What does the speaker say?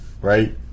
right